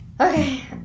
Okay